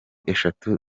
eshatu